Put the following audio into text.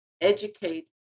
educate